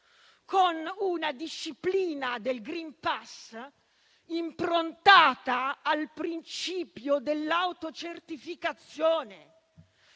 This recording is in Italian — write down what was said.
con una disciplina del *green pass* improntata al principio dell'autocertificazione,